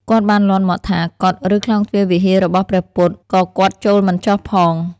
គាត់បានលាន់មាត់ថា កុដិ ឬខ្លោងទ្វារវិហាររបស់ព្រះពុទ្ធ ក៏គាត់ចូលមិនចុះផង។